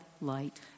light